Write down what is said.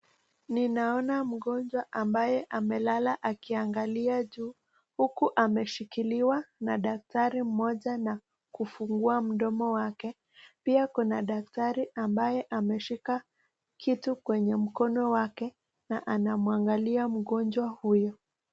Nimeona mgonjwa ambaye amelala akiangalia juu, huku ameshikiliwa na daktari mmoja, na kufungua mdomo wake pia kuna daktari ambayo ameshika kitu kwenye mkono wake na anamwangalia mgonjwa huyo.